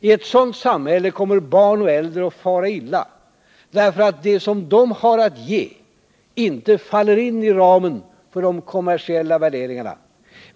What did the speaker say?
I ett sådant samhälle kommer barn och äldre att fara illa, därför att det som de har att ge inte faller in i ramen för de kommersiella värderingarna.